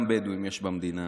גם בדואים יש במדינה,